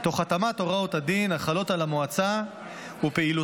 תוך התאמת הוראות הדין החלות על המועצה ופעילותה